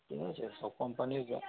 কি হয়েছে সব কোম্পানির যা